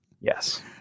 Yes